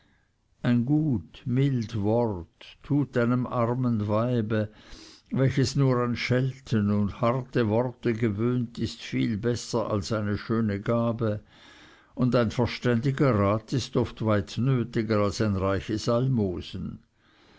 ein gut mild wort tut einem armen weibe welches nur an schelten und harte worte gewöhnt ist viel besser als eine schöne gabe und ein verständiger rat ist oft weit nötiger als ein reiches almosen